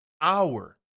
hour